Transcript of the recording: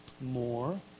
More